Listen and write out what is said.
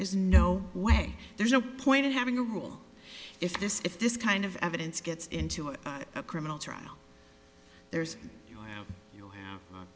is no way there's no point in having a rule if this if this kind of evidence gets into a criminal trial there's